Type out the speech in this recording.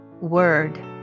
Word